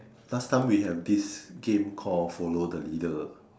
last time we have this game called follow the leader